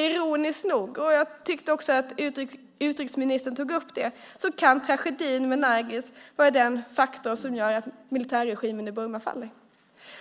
Ironiskt nog, och jag tyckte också att utrikesministern tog upp det, kan tragedin med Nargis vara den faktor som gör att militärregimen i Burma faller.